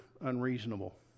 unreasonable